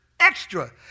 extra